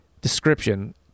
description